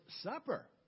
Supper